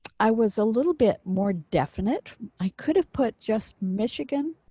i was a little bit more definite i could have put just michigan.